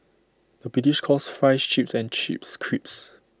the British calls Fries Chips and Chips Crisps